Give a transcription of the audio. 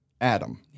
Adam